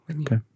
Okay